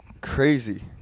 crazy